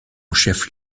chef